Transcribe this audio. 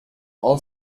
all